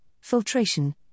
filtration